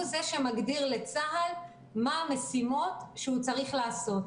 והוא זה שמגדיר לצה"ל מה מהמשימות שהוא צריך לעשות.